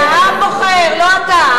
תודה לך.